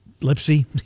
Lipsy